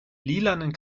lilanen